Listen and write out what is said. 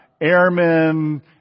airmen